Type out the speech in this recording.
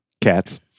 Cats